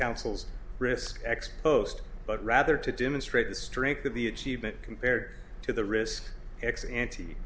councils risk ex post but rather to demonstrate the strength of the achievement compared to the risk ex ant